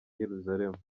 yeruzalemu